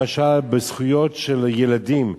למשל, בזכויות של ילדים.